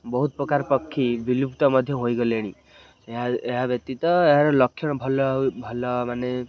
ବହୁତ ପ୍ରକାର ପକ୍ଷୀ ବିଲୁପ୍ତ ମଧ୍ୟ ହୋଇଗଲେଣି ଏହା ବ୍ୟତୀତ ଏହାର ଲକ୍ଷଣ ଭଲ ଭଲ ମାନେ